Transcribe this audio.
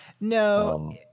No